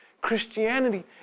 Christianity